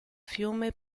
fiume